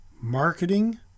marketing